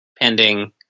pending